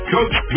Coach